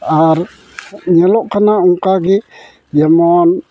ᱟᱨ ᱧᱮᱞᱚᱜ ᱠᱟᱱᱟ ᱚᱱᱠᱟᱜᱮ ᱡᱮᱢᱚᱱ